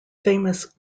famous